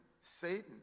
Satan